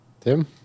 Tim